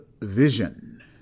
vision